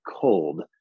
cold